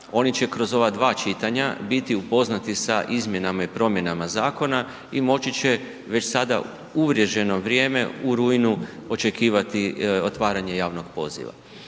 oni će kroz ova dva čitanja biti upoznati sa izmjenama i promjenama zakona i moći će već sada uvriježeno vrijeme u rujnu očekivati otvaranje javnog poziva.